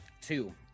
Two